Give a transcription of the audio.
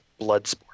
Bloodsport